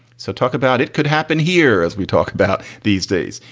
so talk about it could happen here, as we talked about these days.